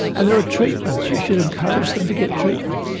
and there are treatments you should encourage them to get treatment.